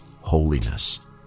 holiness